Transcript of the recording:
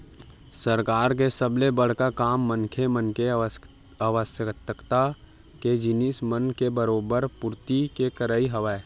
सरकार के सबले बड़का काम मनखे मन के आवश्यकता के जिनिस मन के बरोबर पूरति के करई हवय